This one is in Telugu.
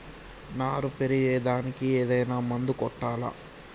నారు పెరిగే దానికి ఏదైనా మందు కొట్టాలా?